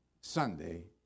Sunday